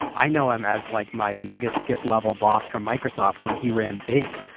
i know him as like my mega skip level boss from microsoft when he ran bing,